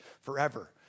forever